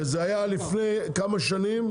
וזה היה לפני כמה שנים,